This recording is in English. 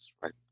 right